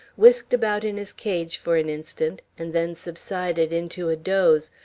whisked about in his cage for an instant, and then subsided into a doze,